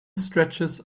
stretches